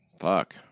Fuck